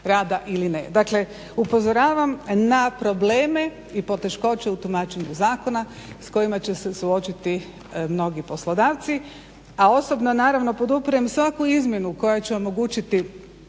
Dakle, upozoravam na probleme i poteškoće u tumačenju zakona s kojima će se suočiti mnogi poslodavci, a osobno naravno podupirem svaku izmjenu koja će omogućiti